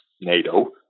NATO